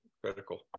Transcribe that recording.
critical